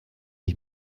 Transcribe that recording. ich